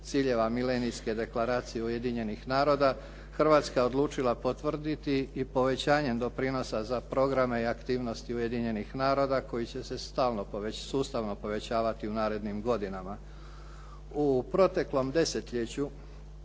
ciljeva Milenijske deklaracije Ujedinjenih naroda Hrvatska je odlučila potvrditi i povećanjem doprinosa za programe i aktivnosti Ujedinjenih naroda koji će se sustavno povećavati u narednim godinama.